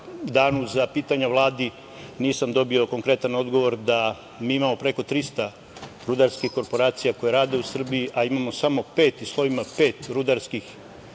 dane za pitanja Vladi, nisam dobio konkertan odgovor da mi imamo preko 300 rudarskih korporacija koje rade u Srbiji, a imamo samo pet rudarskih inspektora